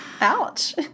Ouch